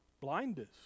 Blindness